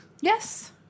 Yes